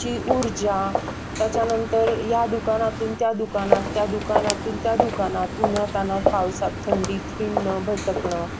ची ऊर्जा त्याच्यानंतर या दुकानातून त्या दुकानात त्या दुकानातून त्या दुकानात उन्हातान्हात पावसात थंडीत हिंडणं भटकणं